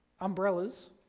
Umbrellas